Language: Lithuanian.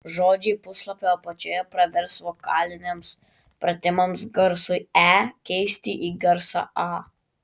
žodžiai puslapio apačioje pravers vokaliniams pratimams garsui e keisti į garsą a